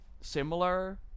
similar